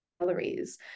calories